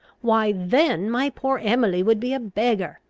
why then my poor emily would be a beggar.